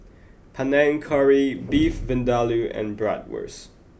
Panang Curry Beef Vindaloo and Bratwurst